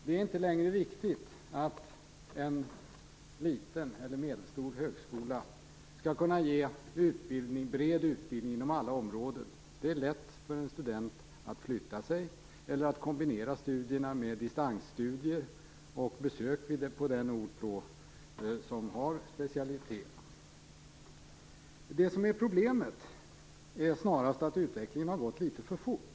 Det är inte längre viktigt att en liten eller medelstor högskola skall kunna ge bred utbildning inom alla områden. Det är lätt för en student att flytta sig eller att kombinera studierna med distansstudier och besök på den ort som har specialitet. Det som är problemet är snarast att utvecklingen har gått litet för fort.